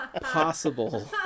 possible